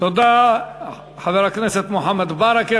תודה לחבר הכנסת מוחמד ברכה.